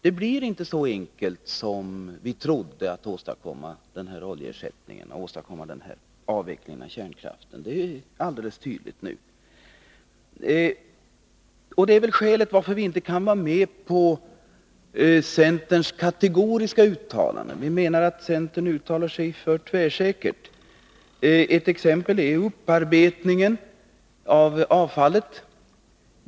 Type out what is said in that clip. Det blir inte så enkelt som vi trodde att åstadkomma en oljeersättning och en avveckling av kärnkraften — det är nu alldeles tydligt. Det är skälet till att vi inte kan vara med på centerns kategoriska uttalanden. Vi menar att centern uttalar sig för tvärsäkert. Ett exempel gäller upparbetningen av avfallet.